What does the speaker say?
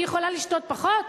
אני יכולה לשתות פחות?